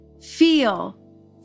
feel